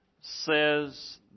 says